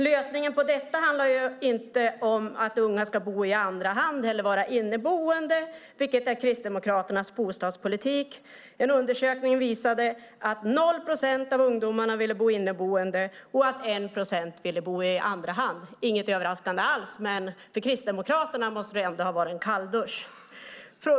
Lösningen på detta handlar inte om att unga ska bo i andra hand eller vara inneboende, vilket är Kristdemokraternas bostadspolitik. En undersökning visade att 0 procent av ungdomarna ville bo inneboende och att 1 procent ville bo i andra hand. Det är inget överraskande alls, men för Kristdemokraterna måste det ändå ha varit en kalldusch.